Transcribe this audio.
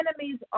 enemies